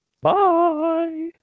Bye